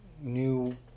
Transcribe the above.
new